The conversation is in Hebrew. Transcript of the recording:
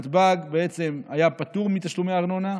נתב"ג היה פטור מתשלומי ארנונה.